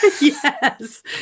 yes